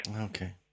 Okay